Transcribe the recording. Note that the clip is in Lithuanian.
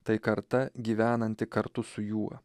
tai karta gyvenanti kartu su juo